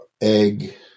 egg